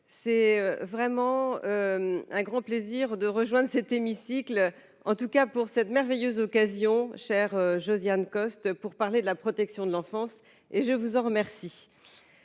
c'est vraiment un grand plaisir de rejoindre cet hémicycle en tout cas pour cette merveilleuse occasion cher Josiane Costes pour parler de la protection de l'enfance et je vous en remets.